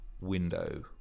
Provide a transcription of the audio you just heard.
window